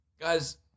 Guys